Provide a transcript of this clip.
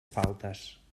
faltes